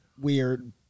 weird